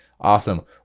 awesome